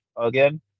again